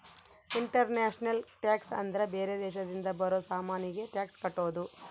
international tax ಅಂದ್ರ ಬೇರೆ ದೇಶದಿಂದ ಬರೋ ಸಾಮಾನಿಗೆ ಟ್ಯಾಕ್ಸ್ ಕಟ್ಟೋದು